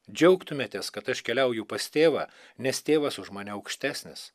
džiaugtumėtės kad aš keliauju pas tėvą nes tėvas už mane aukštesnis